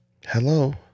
Hello